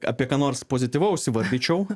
apie ką nors pozityvaus įvardyčiau